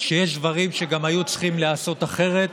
שיש דברים שגם היו צריכים להיעשות אחרת,